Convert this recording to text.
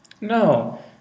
No